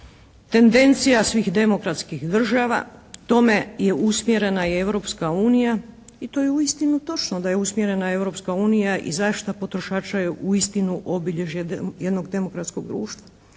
tendencija svih demokratskih država, tome je usmjerena i Europska unija i to je uistinu točno da je usmjerena Europska unija i zaštita potrošača je uistinu obilježje jednog demokratskog društva.